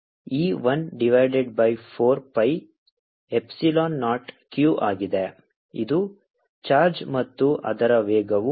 1 divided by 4 pi epsilon naught q ಆಗಿದೆ ಇದು charge ಮತ್ತು ಅದರ ವೇಗವು v